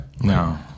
no